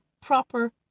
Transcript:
proper